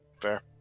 Fair